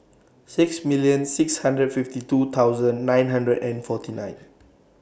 six million six hundred fifty two thousand nine hundred and forty nine